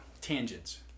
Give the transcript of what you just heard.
Tangents